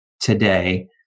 today